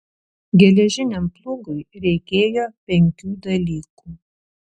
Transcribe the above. geležiniam plūgui reikėjo penkių dalykų